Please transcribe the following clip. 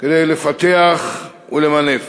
כדי לפתח ולמנף,